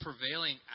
prevailing